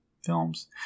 films